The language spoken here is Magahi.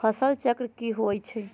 फसल चक्र की होई छै?